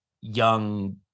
young